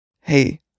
Hey